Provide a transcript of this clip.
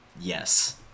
Yes